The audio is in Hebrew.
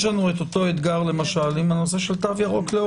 יש לנו אותו אתגר למשל עם הנושא של תו ירוק לעובדים.